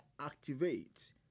activate